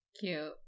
Cute